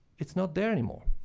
it's not there anymore.